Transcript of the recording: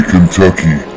Kentucky